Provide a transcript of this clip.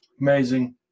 Amazing